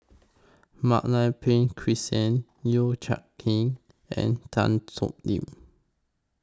Mak Lai Peng Christine Yeo Kian Chai and Tan Thoon Lip